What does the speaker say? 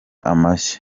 amashyi